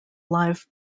live